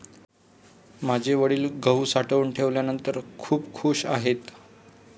माझे वडील गहू साठवून ठेवल्यानंतर खूप खूश आहेत